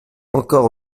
encore